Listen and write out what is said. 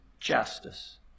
justice